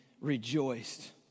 rejoiced